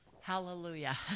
Hallelujah